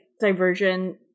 diversion